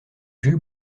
jules